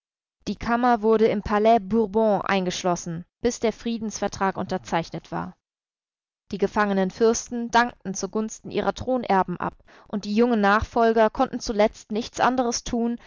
die kammer wurde im palais bourbon eingeschlossen bis der friedensvertrag unterzeichnet war die gefangenen fürsten dankten zugunsten ihrer thronerben ab und die jungen nachfolger konnten zuletzt nichts anderes tun